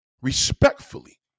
Respectfully